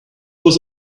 was